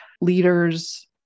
leaders